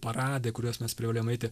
paradai kuriuos mes privalėjom eiti